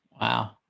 Wow